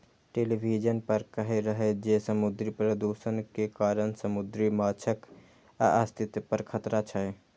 television पर कहै रहै जे समुद्री प्रदूषण के कारण समुद्री माछक अस्तित्व पर खतरा छै